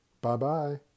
Bye-bye